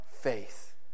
faith